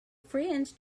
friends